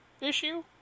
issue